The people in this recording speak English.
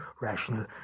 rational